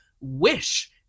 wish